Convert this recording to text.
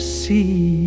see